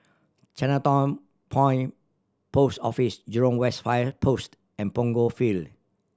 Chinatown Point Post Office Jurong West Fire Post and Punggol Field